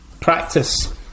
practice